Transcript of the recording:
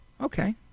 Okay